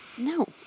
No